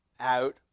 out